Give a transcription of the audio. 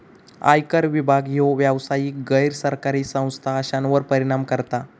आयकर विभाग ह्यो व्यावसायिक, गैर सरकारी संस्था अश्यांवर परिणाम करता